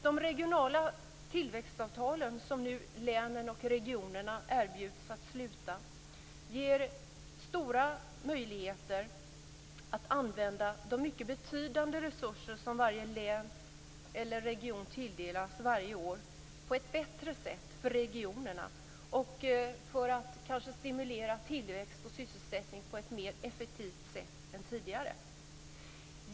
De regionala tillväxtavtalen, som länen och regionerna nu erbjuds att sluta, ger stora möjligheter att använda de mycket betydande resurser som varje län eller region tilldelas varje år på ett bättre sätt för regionerna. Det gör det möjligt att stimulera tillväxt och sysselsättning på ett mer effektivt sätt än tidigare.